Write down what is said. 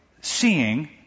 seeing